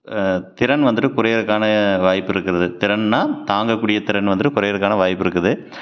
திறன் வந்துட்டு குறைகிறக்கான வாய்ப்பு இருக்கிறது திறன்னால் தாங்கக்கூடிய திறன் வந்துட்டு குறைகிறக்கான வாய்ப்பு இருக்குது